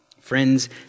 Friends